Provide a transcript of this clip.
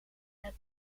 het